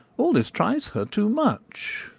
all this tries her too much?